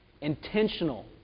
intentional